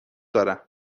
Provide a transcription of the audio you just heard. دارم